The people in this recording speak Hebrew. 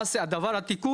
מה זה הדבר הזה.